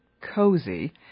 cozy